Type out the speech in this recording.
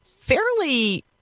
fairly